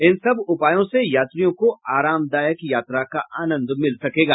इन सब उपायों से यात्रियों को आरामदायक यात्रा का आनंद मिल सकेगा